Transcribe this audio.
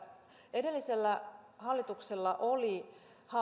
edellisellä hallituksella oli